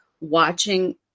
watching